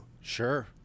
Sure